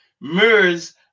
mirrors